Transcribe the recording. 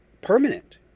permanent